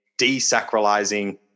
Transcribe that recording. desacralizing